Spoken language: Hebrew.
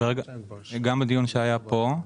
גם בדיון שהיה פה.